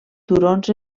turons